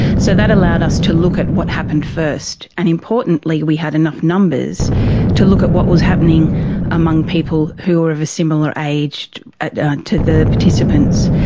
so that allowed us to look at what happened first. and importantly we had enough numbers to look at what was happening among people who were of a similar age to the participants,